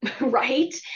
Right